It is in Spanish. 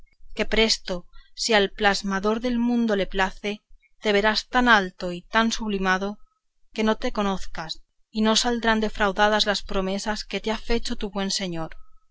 que presto si al plasmador del mundo le place te verás tan alto y tan sublimado que no te conozcas y no saldrán defraudadas las promesas que te ha fecho tu buen señor